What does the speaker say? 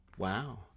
Wow